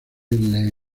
lee